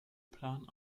plan